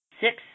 Six